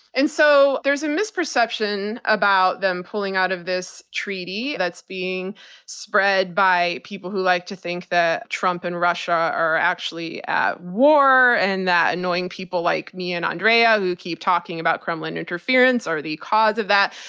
and so there's a misperception about them pulling out of this treaty, that's being spread by people who like to think that trump and russia are actually at war, and that annoying people like me and andrea, who keep talking about kremlin interference, are the cause of that.